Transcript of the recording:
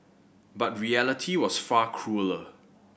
but reality was far crueller